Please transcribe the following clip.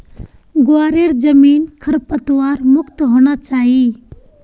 ग्वारेर जमीन खरपतवार मुक्त होना चाई